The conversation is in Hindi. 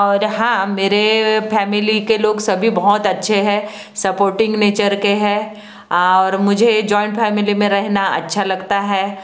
और हाँ मेरे फ़ैमिली के लोग सभी बहुत अच्छे हैं सपोर्टिंग नेचर के हैं और मुझे जॉइंट फ़ैमिली में रहना अच्छा लगता है